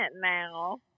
now